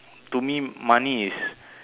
to me money is